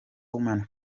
women